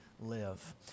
Live